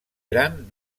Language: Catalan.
gran